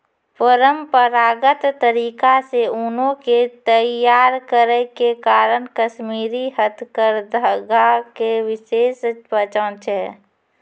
परंपरागत तरीका से ऊनो के तैय्यार करै के कारण कश्मीरी हथकरघा के विशेष पहचान छै